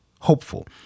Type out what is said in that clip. hopeful